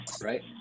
Right